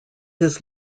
his